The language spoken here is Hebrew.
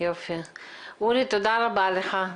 אורי, תודה רבה לך.